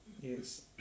Yes